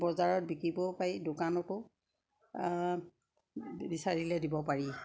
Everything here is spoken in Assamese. বজাৰত বিকিব পাৰি দোকানতো বিচাৰিলে দিব পাৰি